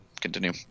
continue